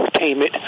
payment